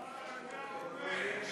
מה אתה אומר?